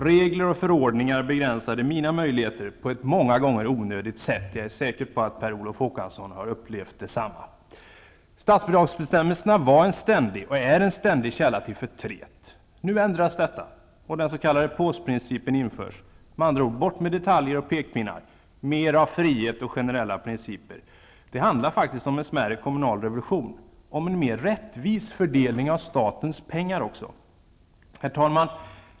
Regler och förordningar begränsade mina möjligheter på ett många gånger onödigt sätt. Jag är säker på att Per Olof Håkansson har upplevt detsamma. Statsbidragsbestämmelserna var och är en ständig källa till förtret. Nu ändras detta och den s.k. påsprincipen införs -- med andra ord bort med detaljer och pekpinnar, mer av frihet och generella principer! Det handlar faktiskt om en mindre kommunal revolution och också om en mer rättvis fördelning av statens pengar. Herr talman!